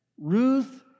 Ruth